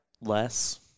less